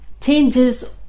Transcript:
changes